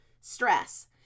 stress